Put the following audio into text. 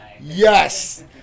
Yes